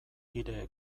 hire